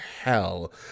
hell